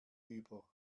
über